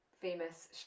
famous